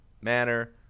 manner